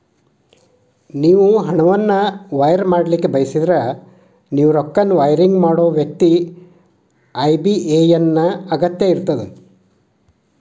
ನೇವು ಹಣವನ್ನು ವೈರ್ ಮಾಡಲಿಕ್ಕೆ ಬಯಸಿದ್ರ ನೇವು ರೊಕ್ಕನ ವೈರಿಂಗ್ ಮಾಡೋ ವ್ಯಕ್ತಿ ಐ.ಬಿ.ಎ.ಎನ್ ನ ಅಗತ್ಯ ಇರ್ತದ